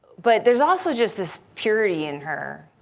but there's also just this purity in her.